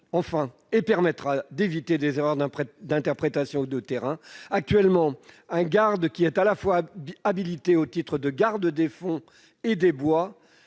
qui permettra d'éviter des erreurs d'interprétation ou de terrain. Actuellement, un garde qui est à la fois habilité aux titres de garde des fonds et des bois